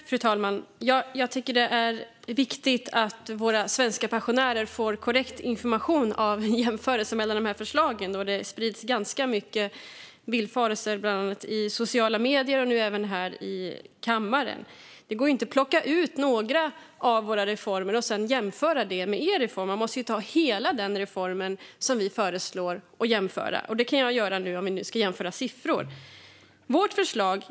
Fru talman! Jag tycker att det är viktigt att våra svenska pensionärer får korrekt information i en jämförelse mellan dessa förslag. Det sprids nämligen ganska många villfarelser, bland annat i sociala medier och nu även här i kammaren. Det går inte att plocka ut några av våra reformer och sedan jämföra dem med er reform. Man måste jämföra med hela den reform som vi föreslår. Och det kan jag göra nu, om vi nu ska jämföra siffror.